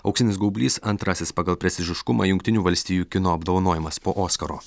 auksinis gaublys antrasis pagal prestižiškumą jungtinių valstijų kino apdovanojimas po oskaro